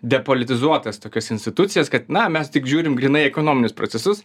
depolitizuotas tokios institucijas kad na mes tik žiūrim grynai į ekonominius procesus